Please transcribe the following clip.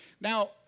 Now